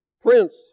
prince